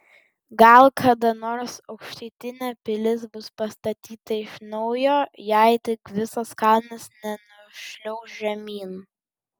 gal kada nors aukštutinė pilis bus pastatyta iš naujo jei tik visas kalnas nenušliauš žemyn